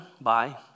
Bye